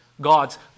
God's